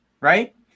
right